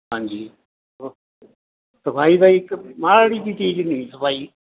ਹਾਂਜੀ ਸਫ਼ਾਈ ਦਾ ਇੱਕ ਮਾੜੀ ਜਿਹੀ ਚੀਜ਼ ਨਹੀਂ ਸਫ਼ਾਈ